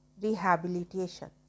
rehabilitation